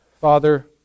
Father